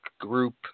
group